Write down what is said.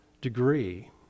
degree